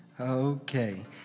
Okay